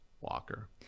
Walker